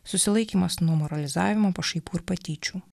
susilaikymas nuo moralizavimo pašaipų ir patyčių